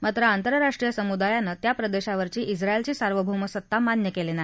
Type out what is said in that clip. मात्र आंतरराष्ट्रीय समुदायानं त्या प्रदेशावरची झिएलची सार्वभौम सत्ता मान्य केली नाही